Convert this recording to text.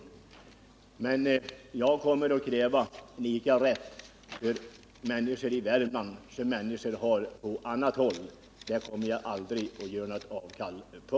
Jag kommer i det sammanhanget att kräva samma rätt för människorna i Värmland som man har på andra håll, det är en sak som jag aldrig kommer att göra avkall på.